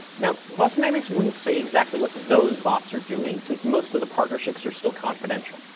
now, boston dynamics wouldn't say exactly what those bots are doing, since most of the partnerships are still confidential.